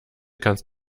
kannst